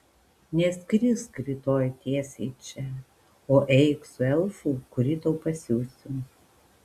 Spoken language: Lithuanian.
neskrisk rytoj tiesiai čia o eik su elfu kurį tau pasiųsiu